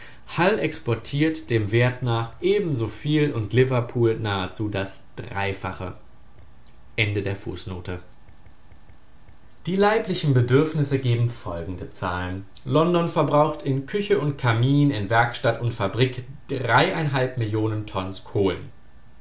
exportiert dem wert nach ebensoviel und liverpool nahezu das dreifache die leiblichen bedürfnisse geben folgende zahlen london verbraucht in küche und kamin in werkstatt und fabrik millionen tons kohlen